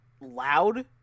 loud